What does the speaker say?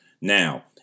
Now